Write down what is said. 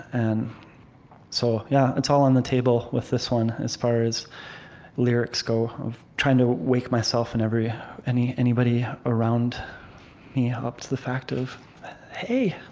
and so yeah, it's all on the table with this one, as far as lyrics go, of trying to wake myself and every anybody around me up to the fact of hey,